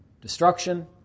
destruction